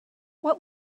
what